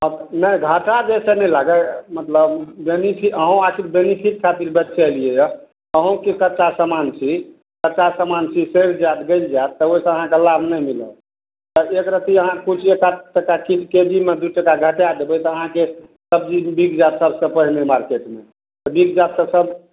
अब नहि घटा जइसँ नहि लागत मतलब बेनि अहूँ आखिर बेनिफिट खातिर बेचऽ अयलियै यऽअहुँ कच्चा सामान छी कच्चा सामान छी सड़ि जायत गलि जायत तऽ ओइसँ अहाँके लाभ नहि मिलत एक रती जे अहाँ किछु एक एकाध पैसा के जी मे दू टाका घटा देबय तऽ अहाँके सब्जी बिक जायत सबसँ पहिने मार्केटमे बिक जायत तऽ सब